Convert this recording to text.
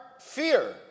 fear